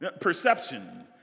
Perception